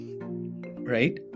right